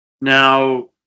Now